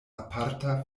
aparta